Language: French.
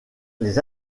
les